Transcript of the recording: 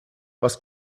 was